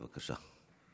בבקשה.